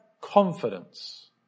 confidence